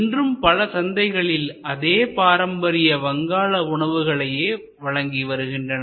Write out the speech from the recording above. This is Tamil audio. இன்றும் பல சந்தைகளில் அதே பாரம்பரிய வங்காள உணவுகளையே வழங்கி வருகின்றனர்